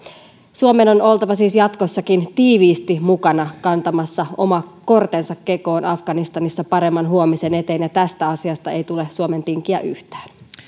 suomen on oltava siis jatkossakin tiiviisti mukana kantamassa oma kortensa kekoon afganistanissa paremman huomisen eteen ja tästä asiasta ei tule suomen tinkiä yhtään